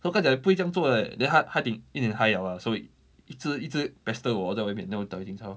so 跟她讲不可以这样做 leh then 她她一一点 high liao lah so 一直一直 pester 我在外面 then 我打给警察 lor